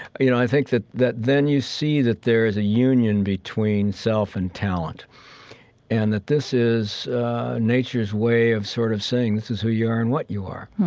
you know i think that that then you see that there is a union between self and talent and that this is nature's way of sort of saying this is who you are and what you are.